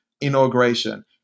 inauguration